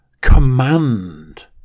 command